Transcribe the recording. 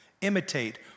imitate